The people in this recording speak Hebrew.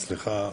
סליחה,